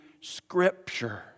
Scripture